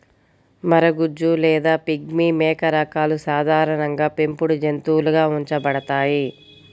మరగుజ్జు లేదా పిగ్మీ మేక రకాలు సాధారణంగా పెంపుడు జంతువులుగా ఉంచబడతాయి